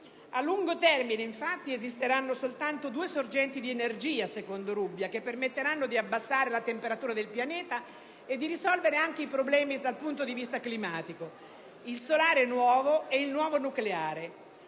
A lungo termine, infatti, esisteranno, secondo Rubbia, soltanto due sorgenti di energia che permetteranno di abbassare la temperatura del pianeta e di risolvere anche i problemi dal punto di vista climatico: il solare nuovo e il nuovo nucleare.